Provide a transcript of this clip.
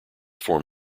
form